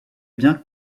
bien